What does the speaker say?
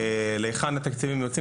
להיכן התקציבים יוצאים,